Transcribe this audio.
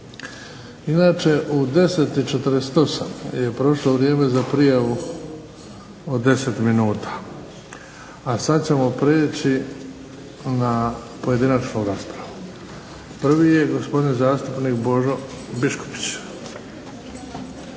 Inače, u 10,48 je prošlo vrijeme za prijavu od 10 minuta. A sad ćemo prijeći na pojedinačnu raspravu. Prvi je gospodin zastupnik Božo Biškupić.